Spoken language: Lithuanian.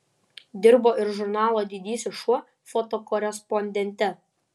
dirbo ir žurnalo didysis šuo fotokorespondente